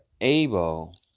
able